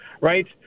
right